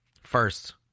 First